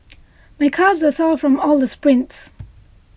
my calves are sore from all the sprints